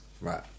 Right